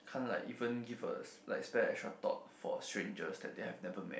can't like even give a spare an extra thought for strangers that they have never met